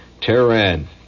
Tehran